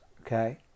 okay